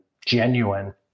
genuine